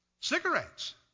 Cigarettes